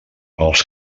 els